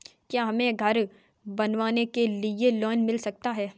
क्या हमें घर बनवाने के लिए लोन मिल सकता है?